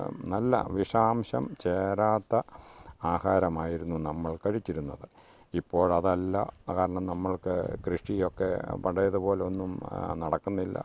നല്ല വിഷാംശം ചേരാത്ത ആഹാരമായിരുന്നു നമ്മൾ കഴിച്ചിരുന്നത് ഇപ്പോഴതല്ല അത്കാരണം നമ്മൾക്ക് കൃഷിയൊക്കെ പഴയത് പോലൊന്നും നടക്കുന്നില്ല